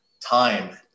time